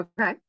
okay